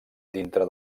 dintre